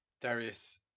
Darius